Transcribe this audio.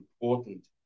important